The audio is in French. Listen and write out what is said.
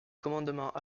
commandement